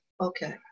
Okay